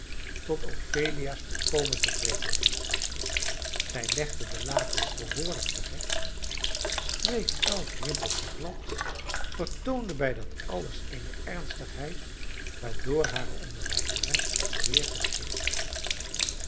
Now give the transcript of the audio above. tot ophelia's volkomen tevredenheid zij legde de lakens behoorlijk te recht streek elk rimpeltje glad vertoonde bij dat alles eene ernstigheid waardoor hare onderwijzeres zeer gesticht werd